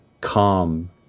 calm